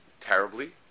terribly